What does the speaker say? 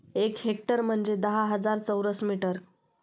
एक हेक्टर म्हणजे दहा हजार चौरस मीटर